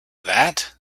that